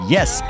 Yes